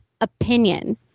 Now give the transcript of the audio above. opinion